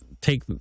take